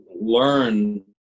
learn